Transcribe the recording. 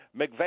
McVeigh